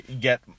get